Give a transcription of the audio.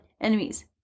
enemies